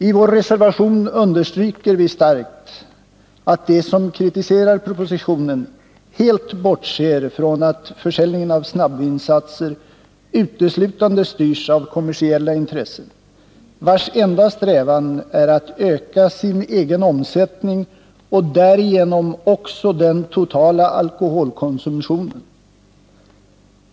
I vår reservation understryker vi starkt att de som kritiserar propositionen helt bortser från att försäljningen av snabbvinsatser uteslutande styrs av kommersiella intressen, vilkas enda strävan är att öka sin egen omsättning och därigenom också den totala alkoholkonsumtionen.